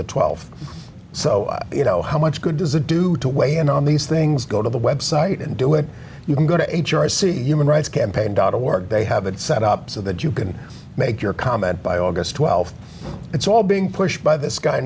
the twelve so you know how much good does it do to weigh in on these things go to the website and do it you can go to h r see human rights campaign dot a work they have it set up so that you can make your comment by august th it's all being pushed by this guy